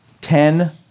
ten